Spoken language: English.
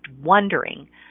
wondering